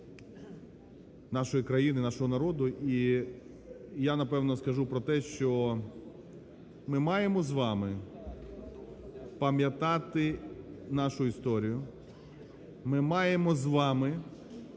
нашої країни, нашого народу. І я, напевно, скажу про те, що ми маємо з вами пам'ятати нашу історію, ми маємо з вами